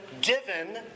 given